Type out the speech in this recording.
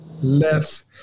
less